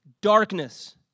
Darkness